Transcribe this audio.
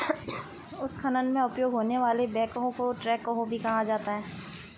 उत्खनन में उपयोग होने वाले बैकहो को ट्रैकहो भी कहा जाता है